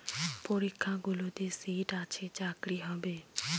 পরীক্ষাগুলোতে সিট আছে চাকরি হবে